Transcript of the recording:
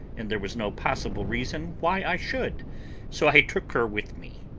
and there was no possible reason why i should so i took her with me.